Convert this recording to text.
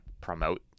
promote